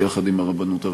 ביחד עם הרבנות הראשית.